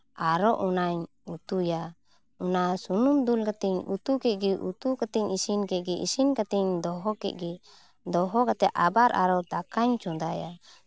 ᱟᱨᱚ ᱚᱱᱟᱧ ᱩᱛᱩᱭᱟ ᱚᱱᱟ ᱥᱩᱱᱩᱢ ᱫᱩᱞ ᱠᱟᱛᱮᱧ ᱩᱛᱩ ᱠᱮᱫ ᱜᱮ ᱩᱛᱩ ᱠᱟᱛᱮᱫ ᱤᱧ ᱤᱥᱤᱱ ᱠᱮᱫ ᱜᱮ ᱤᱥᱤᱱ ᱠᱟᱛᱤᱧ ᱫᱚᱦᱚ ᱠᱮᱫ ᱜᱮ ᱫᱚᱦᱚ ᱠᱟᱛᱮᱫ ᱟᱵᱟᱨ ᱟᱨᱚ ᱫᱟᱠᱟᱧ ᱪᱚᱸᱫᱟᱭᱟ